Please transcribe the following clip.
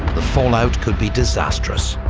the fallout could be disastrous.